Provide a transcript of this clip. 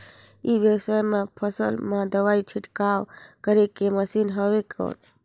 ई व्यवसाय म फसल मा दवाई छिड़काव करे के मशीन हवय कौन?